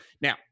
now